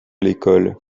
l’école